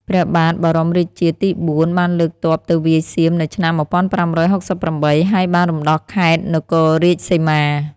ព្រះបាទបរមរាជាទី៤ បានលើកទ័ពទៅវាយសៀមនៅឆ្នាំ ១៥៦៨ ហើយបានរំដោះខេត្តនគររាជសីមា។